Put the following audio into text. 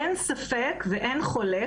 אין ספק ואין חולק,